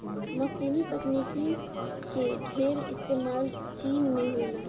मशीनी तकनीक के ढेर इस्तेमाल चीन में होला